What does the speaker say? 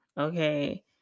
Okay